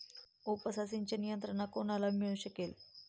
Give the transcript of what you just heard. उपसा सिंचन यंत्रणा कोणाला मिळू शकेल?